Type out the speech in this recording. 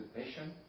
patient